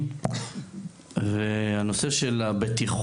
אז אני רוצה לדבר על הנושא של הבטיחות